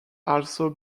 also